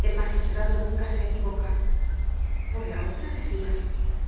el magistrado nunca se equivoca por la otra decia